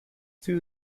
two